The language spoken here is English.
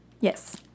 Yes